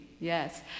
yes